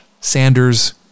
Sanders